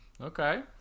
okay